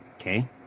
Okay